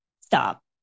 stop